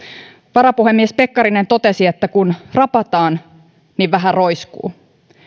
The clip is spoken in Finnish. varapuhemies pekkarinen totesi että kun rapataan niin vähän roiskuu